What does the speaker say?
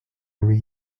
read